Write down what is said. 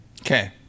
okay